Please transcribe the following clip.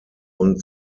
und